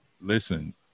Listen